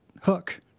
hook